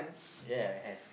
ya I have